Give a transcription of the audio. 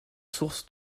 source